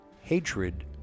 Hatred